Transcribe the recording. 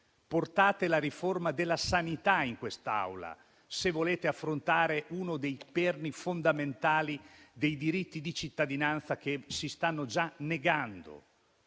Portate la riforma della sanità in quest'Aula, se volete affrontare uno dei perni fondamentali dei diritti di cittadinanza, che si stanno già negando.